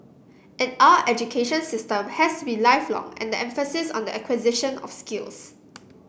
and our education system has to be lifelong and the emphasis on the acquisition of skills